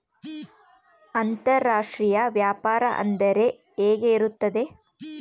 ಅಂತರಾಷ್ಟ್ರೇಯ ವ್ಯಾಪಾರ ಅಂದರೆ ಹೆಂಗೆ ಇರುತ್ತದೆ?